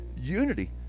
unity